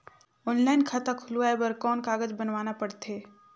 Online खाता खुलवाय बर कौन कागज बनवाना पड़थे?